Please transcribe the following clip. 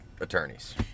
attorneys